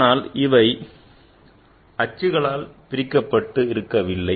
ஆனால் அவை அச்சுகளால் பிளக்கப்பட்டு இருக்கவில்லை